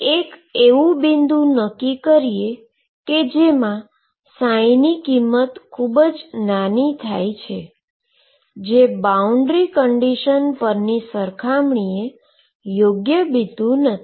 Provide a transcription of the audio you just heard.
એક એવુ બિંદુ નક્કી કરીએ જેમાં ની કિંમત ખુબ જ નાની થાય જે બાઉન્ડ્રી કન્ડીશન પરની સરખામણી એ યોગ્ય બિંદુ નથી